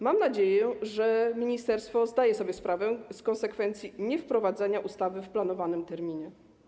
Mam nadzieję, że ministerstwo zdaje sobie sprawę z konsekwencji niewprowadzenia ustawy w planowanym terminie.